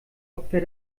opfer